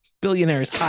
billionaire's